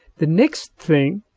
the next thing,